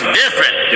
different